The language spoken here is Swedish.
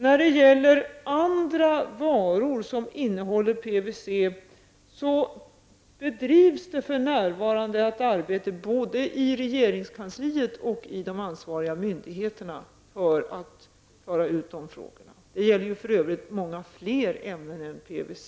När det gäller andra varor som innehåller PVC bedrivs det för närvarande ett arbete både i regeringskansliet och i de ansvariga myndigheterna. Det gäller för övrigt många fler ämnen än PVC.